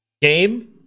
game